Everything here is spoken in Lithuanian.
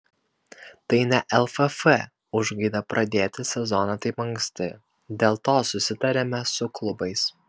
tai ne lff užgaida pradėti sezoną taip anksti dėl to susitarėme su klubais